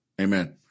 Amen